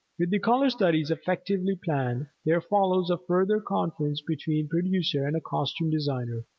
with the color schemes effectively planned, there follows a further conference between producer and costume designer,